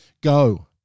Go